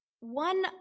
One